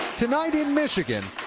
tonight in michigan,